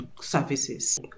services